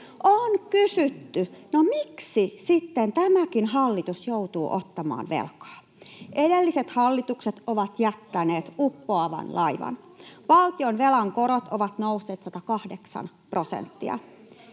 On kysytty: no miksi sitten tämäkin hallitus joutuu ottamaan velkaa? Edelliset hallitukset ovat jättäneet uppoavan laivan. Valtionvelan korot ovat nousseet 108 prosenttia.